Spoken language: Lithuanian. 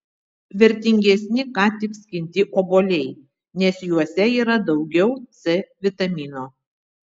vertingesni ką tik skinti obuoliai nes juose yra daugiau c vitamino